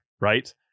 right